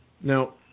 Now